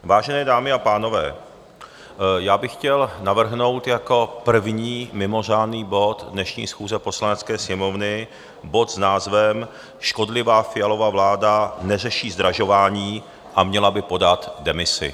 Vážené dámy a pánové, já bych chtěl navrhnout jako první mimořádný bod dnešní schůze Poslanecké sněmovny bod s názvem Škodlivá Fialova vláda neřeší zdražování a měla by podat demisi.